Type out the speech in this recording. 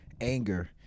anger